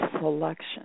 selection